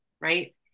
right